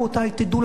תדעו לכם,